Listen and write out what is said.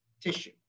tissue